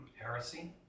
Heresy